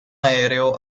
aereo